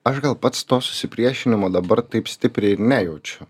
aš gal pats to susipriešinimo dabar taip stipriai nejaučiau